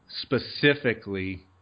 specifically